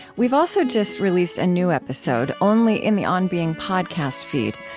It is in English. we've also just released a new episode, only in the on being podcast feed,